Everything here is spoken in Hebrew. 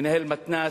מנהל מתנ"ס,